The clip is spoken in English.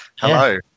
hello